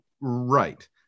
Right